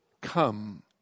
come